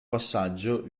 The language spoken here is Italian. passaggio